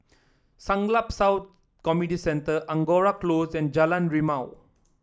Siglap South Community Centre Angora Close and Jalan Rimau